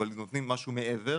אבל נותנים משהו מעבר.